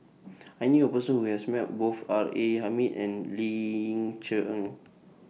I knew A Person Who has Met Both R A Hamid and Ling Cher Eng